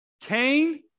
Cain